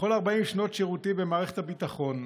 בכל 40 שנות שירותי במערכת הביטחון,